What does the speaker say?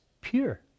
pure